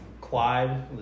Clyde